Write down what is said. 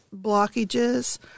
blockages